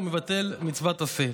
הוא מבטל מצוות עשה.